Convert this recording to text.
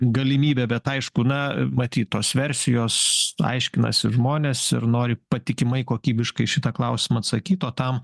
galimybė bet aišku na matyt tos versijos aiškinasi žmonės ir nori patikimai kokybiškai šitą klausimą atsakyt o tam